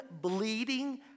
bleeding